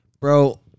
bro